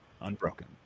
unbroken